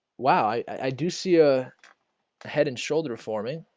wow i i do see a head and shoulder forming